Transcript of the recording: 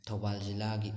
ꯊꯧꯕꯥꯜ ꯖꯤꯜꯂꯥꯒꯤ